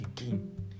again